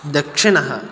दक्षिणः